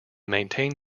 maintain